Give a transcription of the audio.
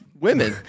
women